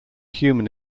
human